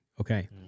Okay